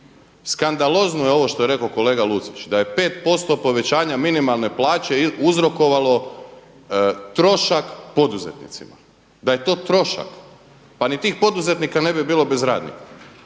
Skandalozno je ovo što je rekao kolega Lucić da je 5% povećanje minimalne plaće uzrokovalo trošak poduzetnicima, da je to trošak. Pa ni tih poduzetnika ne bi bilo bez radnika.